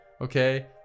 Okay